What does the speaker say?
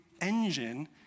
engine